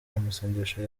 amasengesho